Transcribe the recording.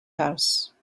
house